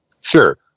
sure